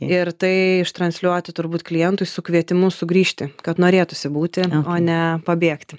ir tai ištransliuoti turbūt klientui su kvietimu sugrįžti kad norėtųsi būti o ne pabėgti